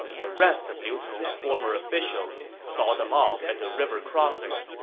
the rest of liu cong's former officials saw them off at the river cross and